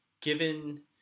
given –